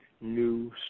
new